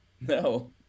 No